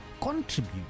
contribute